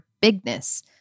bigness